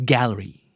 Gallery